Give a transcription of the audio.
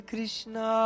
Krishna